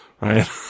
right